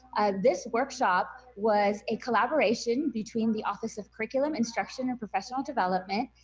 this workshop was a collaboration between the office of curriculum instruction and professional development,